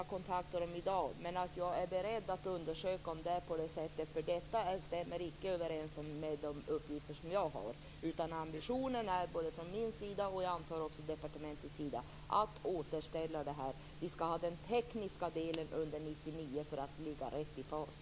Fru talman! Så täta kontakter har jag inte med Vägverket att jag har kontaktat dem i dag. Men jag är beredd att undersöka om det är på det här sättet. Detta stämmer icke överens med de uppgifter som jag har. Ambitionen både från min sida och jag antar också från departementets sida är att återställa detta. Vi skall ha den tekniska delen under 1999 för att ligga rätt i fas.